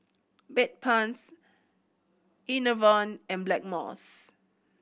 Bedpans Enervon and Blackmores